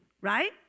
right